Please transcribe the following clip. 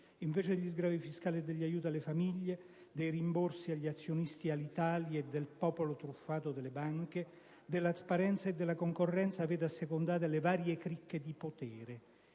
Invece degli sgravi fiscali e degli aiuti alle famiglie, dei rimborsi agli azionisti di Alitalia e al popolo truffato dalle banche, della trasparenza e della concorrenza, avete assecondato le varie cricche di potere,